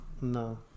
No